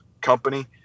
company